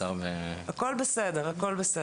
הכול בסדר.